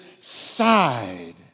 side